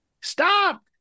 Stop